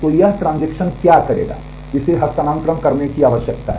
तो यह ट्रांजेक्शन क्या करेगा इसे हस्तांतरण करने की आवश्यकता है